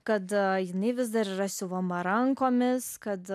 kad jinai vis dar yra siuvama rankomis kad